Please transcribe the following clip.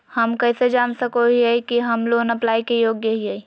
हम कइसे जान सको हियै कि हम लोन अप्लाई के योग्य हियै?